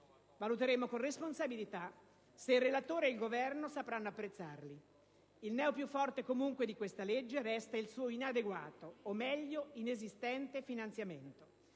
Valuteremo con responsabilità se il relatore ed il Governo sapranno apprezzarli. Il neo più forte di questo provvedimento resta comunque il suo inadeguato, o meglio inesistente, finanziamento.